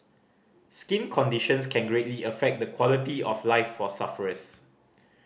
skin conditions can greatly affect the quality of life for sufferers